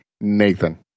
Nathan